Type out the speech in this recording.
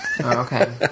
Okay